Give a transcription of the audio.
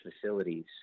facilities